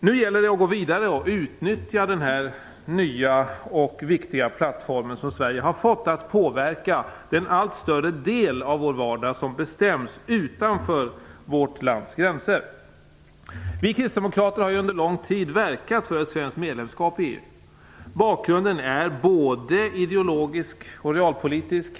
Nu gäller det att gå vidare och utnyttja den nya och viktiga plattform som Sverige har fått för att påverka den allt större del av vår vardag som bestäms utanför vårt lands gränser. Vi kristdemokrater har under lång tid verkat för ett svenskt medlemskap i EU. Bakgrunden är både ideologisk och realpolitisk.